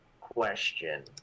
question